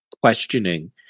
questioning